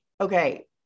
okay